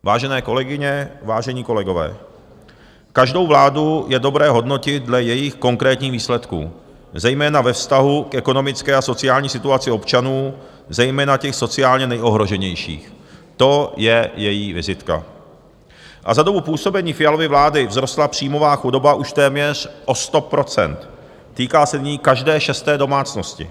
Vážené kolegyně, vážení kolegové, každou vládu je dobré hodnotit dle jejích konkrétních výsledků, zejména ve vztahu k ekonomické a sociální situaci občanů, zejména těch sociálně nejohroženějších, to je její vizitka, a za dobu působení Fialovy vlády vzrostla příjmová chudoba už téměř o 100 %, týká se nyní každé šesté domácnosti.